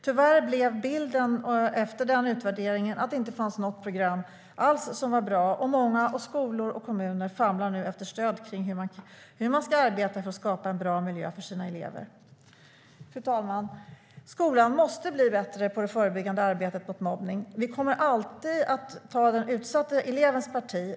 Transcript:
Tyvärr blev bilden efter den utvärderingen att det inte fanns något program alls som var bra. Många skolor och kommuner famlar nu efter stöd vad gäller hur man ska arbeta för att skapa en bra miljö för sina elever. Fru talman! Skolan måste bli bättre på det förebyggande arbetet mot mobbning. Vi kommer alltid att ta den utsatte elevens parti.